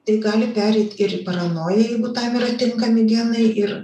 tai gali pereit ir į paranoją jeigu tam yra tinkami genai ir